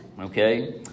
okay